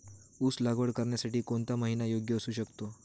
ऊस लागवड करण्यासाठी कोणता महिना योग्य असू शकतो?